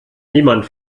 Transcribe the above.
niemand